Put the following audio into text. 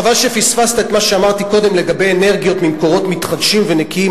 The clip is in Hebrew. חבל שפספסת את מה שאמרתי קודם לגבי אנרגיות ממקורות מתחדשים ונקיים.